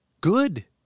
Good